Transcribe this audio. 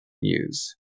use